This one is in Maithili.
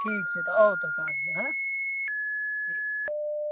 ठीक छै तऽ आउ तऽ साँझमे आइ ठीक